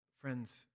Friends